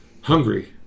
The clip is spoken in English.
hungry